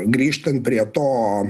grįžtant prie to